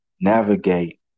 navigate